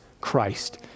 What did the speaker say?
Christ